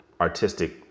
artistic